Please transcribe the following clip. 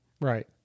right